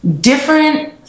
different